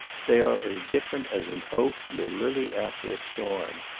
they are as different as an oak and a lily after a storm.